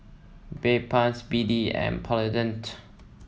Bedpans B D and Polident